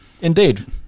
Indeed